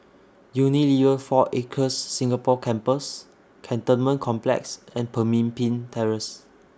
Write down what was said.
Unilever four Acres Singapore Campus Cantonment Complex and Pemimpin Terrace